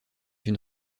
une